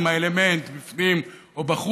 עם האלמנט בפנים או בחוץ,